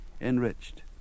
enriched